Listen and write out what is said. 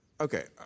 okay